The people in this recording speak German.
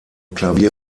klavier